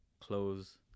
close